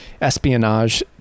espionage